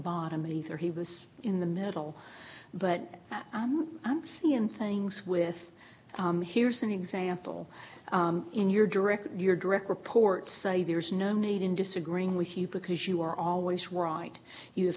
bottom either he was in the middle but i'm not seeing things with here's an example in your direct your direct reports say there's no need in disagreeing with you because you are always